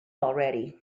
already